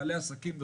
בעלי עסקים וכו'.